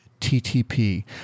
TTP